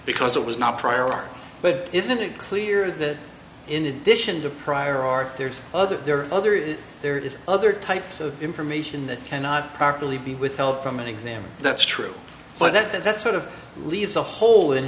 because it was not prior art but isn't it clear that in addition to prior art there's other there other is there is other types of information that cannot properly be withheld from an exam that's true but that's sort of leaves a hole in